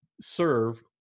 serve